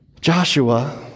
Joshua